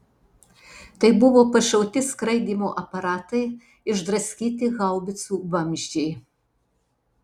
tai buvo pašauti skraidymo aparatai išdraskyti haubicų vamzdžiai